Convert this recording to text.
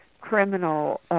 criminal